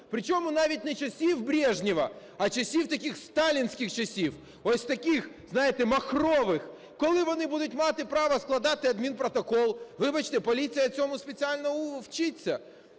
причому навіть не часів Брежнєва, а часів, таких сталінських часів, ось таких, знаєте, махрових, коли вони будуть мати право складати адмінпротокол. Вибачте, поліція цьому спеціально вчиться